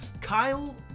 Kyle